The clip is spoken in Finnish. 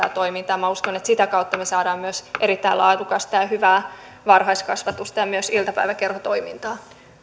ja toimintaa uskon että sitä kautta me saamme myös erittäin laadukasta ja ja hyvää varhaiskasvatusta ja myös iltapäiväkerhotoimintaa